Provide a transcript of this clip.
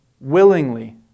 Willingly